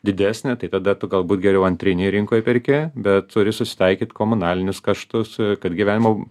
didesnė tai tada tu galbūt geriau antrinėj rinkoj perki bet turi susitaikyt komunalinius kaštus ir kad gyvenimo